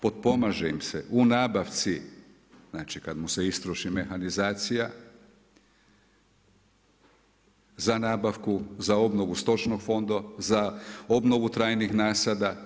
Potpomaže im se u nabavci znači kada mu se istroši mehanizacija za nabavku, za obnovu stočnog fonda, za obnovu trajnih nasada.